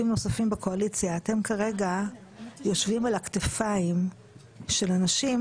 נוספים בקואליציה אתם כרגע יושבים על הכתפיים של אנשים